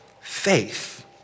faith